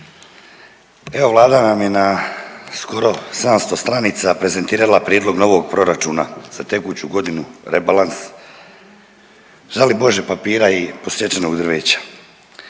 Evo, Vlada nam je na skoro 700 stranica prezentirala prijedlog novog proračuna za tekuću godinu, rebalans. Žali Bože papira i posjećenog drveća.